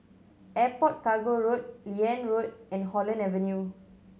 Airport Cargo Road Liane Road and Holland Avenue